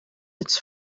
its